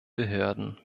behörden